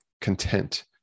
content